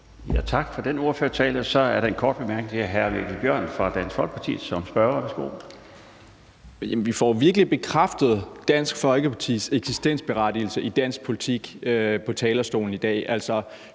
Tak for den ordførertale. Så er der en kort bemærkning til hr. Mikkel Bjørn fra Dansk Folkeparti. Værsgo. Kl. 17:20 Mikkel Bjørn (DF): Vi får virkelig bekræftet Dansk Folkepartis eksistensberettigelse i dansk politik på talerstolen i dag.